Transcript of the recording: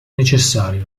necessario